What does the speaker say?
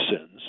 sins